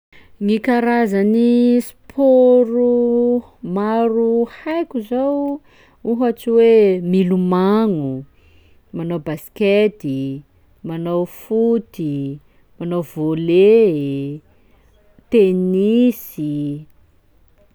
Gny karazan'ny sport o maro haiko zao: ohatsy hoe milomagno, manao baskety, manao foty, manao volley e, tenisy.